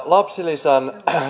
lapsilisän